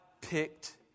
picked